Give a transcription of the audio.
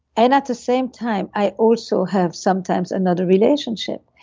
and at the same time, i also have sometimes another relationship.